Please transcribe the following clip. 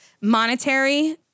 monetary